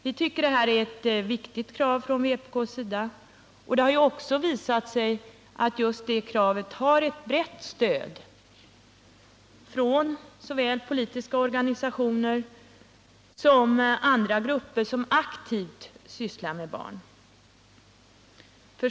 Vi tycker detta är ett viktigt krav, och det har också visat sig att det har ett brett stöd bland såväl politiska organisationer som andra grupper som aktivt sysslar med barn.